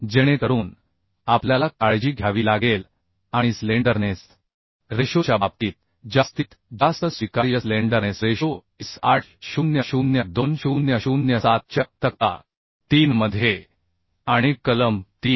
जेणेकरून आपल्याला काळजी घ्यावी लागेल आणि स्लेंडरनेस रेशोच्या बाबतीत जास्तीत जास्त स्वीकार्य स्लेंडरनेस रेशो IS 800 2007 च्या तक्ता 3 मध्ये आणि कलम 3